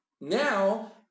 now